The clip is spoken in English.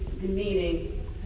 demeaning